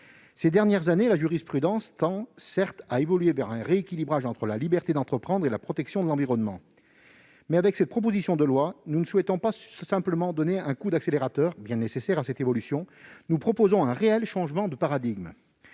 Ces dernières années, la jurisprudence tend certes à évoluer vers un rééquilibrage entre la liberté d'entreprendre et la protection de l'environnement. Toutefois, avec cette proposition de loi, nous ne souhaitons pas simplement donner un coup d'accélérateur, bien nécessaire à cette évolution ; nous proposons un réel changement de paradigme.